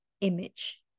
image